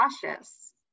cautious